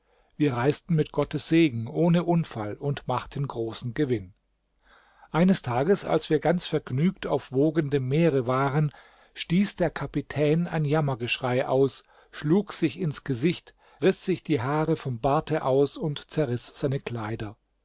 wir reisten mit gottes segen ohne unfall und machten großen gewinn eines tages als wir ganz vergnügt auf wogendem meere waren stieß der kapitän ein jammergeschrei aus schlug sich ins gesicht riß sich die haare vom barte aus und zerriß seine kleider